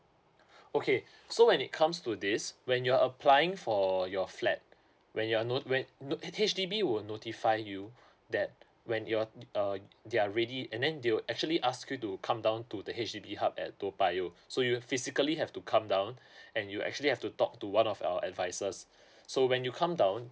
okay so when it comes to this when you're applying for your flat when you're know when looked H_D_B will notify you that when you're uh they're ready and then they will actually ask you to come down to the H_D_B hub at toa payoh so you physically have to come down and you actually have to talk to one of our advisors so when you come down